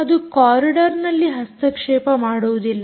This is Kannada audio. ಅದು ಕಾರಿಡಾರ್ನಲ್ಲಿ ಹಸ್ತಕ್ಷೇಪ ಮಾಡುವುದಿಲ್ಲ